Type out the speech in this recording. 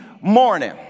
morning